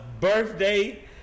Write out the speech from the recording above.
birthday